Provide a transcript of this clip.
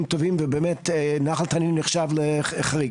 טובים ובאמת נחל תנינים נחשב לחריג.